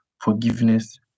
forgiveness